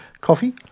Coffee